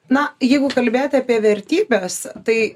na jeigu kalbėt apie vertybes tai